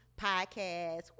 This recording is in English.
podcast